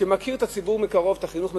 שמכיר את הציבור מקרוב, את החינוך מקרוב,